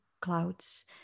clouds